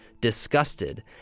disgusted